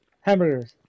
hamburgers